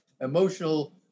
emotional